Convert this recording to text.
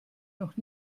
noch